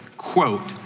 quote,